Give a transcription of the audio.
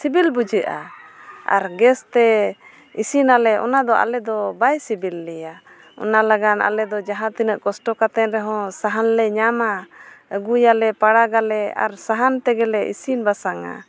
ᱥᱤᱵᱤᱞ ᱵᱩᱡᱷᱟᱹᱜᱼᱟ ᱟᱨ ᱜᱮᱥᱛᱮ ᱤᱥᱤᱱᱟᱞᱮ ᱚᱱᱟᱫᱚ ᱟᱞᱮᱫᱚ ᱵᱟᱝ ᱥᱤᱵᱤᱞ ᱞᱮᱭᱟ ᱚᱱᱟ ᱞᱟᱹᱜᱤᱫ ᱟᱞᱮᱫᱚ ᱡᱟᱦᱟᱸ ᱛᱤᱱᱟᱹᱜ ᱠᱚᱥᱴᱚ ᱠᱟᱛᱮᱫ ᱨᱮᱦᱚᱸ ᱥᱟᱦᱟᱱᱞᱮ ᱧᱟᱢᱟ ᱟᱹᱜᱩᱭᱟᱞᱮ ᱯᱟᱲᱟᱜᱟᱞᱮ ᱟᱨ ᱥᱟᱦᱟᱱ ᱛᱮᱜᱮᱞᱮ ᱤᱥᱤᱱ ᱵᱟᱥᱟᱝᱼᱟ